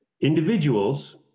Individuals